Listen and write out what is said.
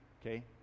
okay